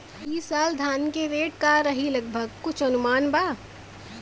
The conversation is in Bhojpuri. ई साल धान के रेट का रही लगभग कुछ अनुमान बा?